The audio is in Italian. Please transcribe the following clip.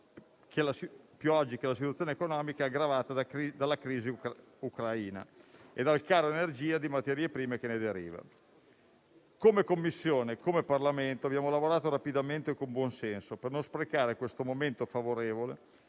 più oggi dalla situazione economica aggravata dalla crisi Ucraina e dal caro energia di materie prime che ne deriva. Come Commissione e come Parlamento abbiamo lavorato rapidamente e con buon senso per non sprecare questo momento favorevole